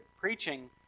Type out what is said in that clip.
preaching